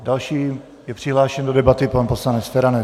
Další je přihlášen do debaty pan poslanec Feranec.